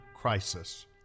crisis